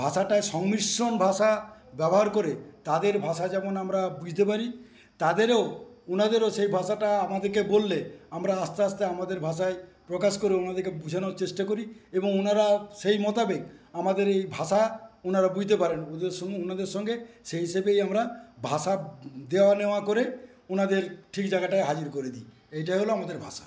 ভাষাটায় সংমিশ্রণ ভাষা ব্যবহার করে তাদের ভাষা যেমন আমরা বুঝতে পারি তাদেরও ওনাদেরও সেই ভাষাটা আমাদেরকে বললে আমরা আস্তে আস্তে আমাদের ভাষায় প্রকাশ করে ওনাদেরকে বোঝানোর চেষ্টা করি এবং ওনারা সেই মোতাবেক আমাদের এই ভাষা ওনারা বুঝতে পারেন ওদের সঙ্গে ওনাদের সঙ্গে সেই হিসেবেই আমরা ভাষা দেওয়া নেওয়া করে ওনাদের ঠিক জায়গাটায় হাজির করে দিই এইটা হল আমাদের ভাষা